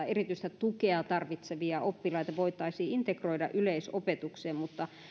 erityistä tukea tarvitsevia oppilaita voitaisiin integroida yleisopetukseen mutta